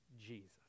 Jesus